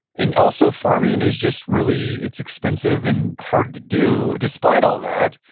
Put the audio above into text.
and also, farming is just really, it's expensive and hard to do despite all that.